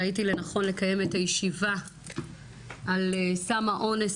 ראיתי לנכון לקיים את הישיבה על סם האונס